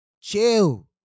Chill